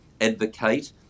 advocate